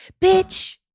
Bitch